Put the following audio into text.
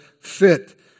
fit